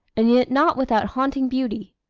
and yet not without haunting beauty.